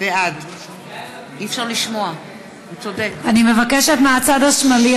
בעד אני מבקשת מהצד השמאלי.